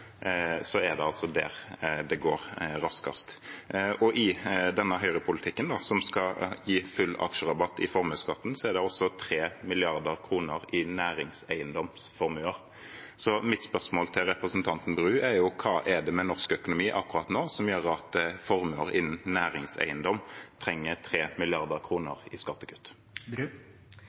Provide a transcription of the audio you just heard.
det går raskest. I denne Høyre-politikken, som skal gi full aksjerabatt i formuesskatten, er det også 3 mrd. kr i næringseiendomsformuer. Så mitt spørsmål til representanten Bru er hva det er med norsk økonomi akkurat nå som gjør at formuer innenfor næringseiendom trenger 3 mrd. kr i skattekutt.